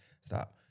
Stop